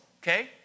Okay